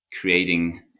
creating